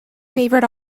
favourite